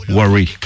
worry